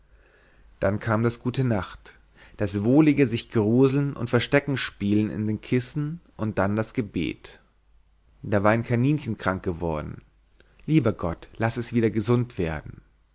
dann kam das gute nacht das wohlige sich gruseln und verstecken spielen in den kissen und dann das gebet da war ein kaninchen krank geworden lieber gott laß es wieder gesund werden